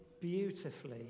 beautifully